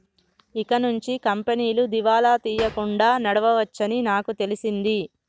ఇకనుంచి కంపెనీలు దివాలా తీయకుండా నడవవచ్చని నాకు తెలిసింది